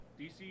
DC